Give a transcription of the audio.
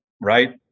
right